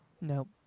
Nope